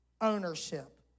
ownership